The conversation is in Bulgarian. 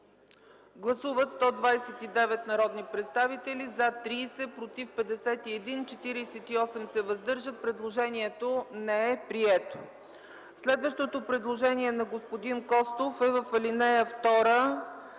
Гласували 129 народни представители: за 30, против 51, въздържали се 48. Предложението не е прието. Следващото предложение на господин Костов е: в ал. 2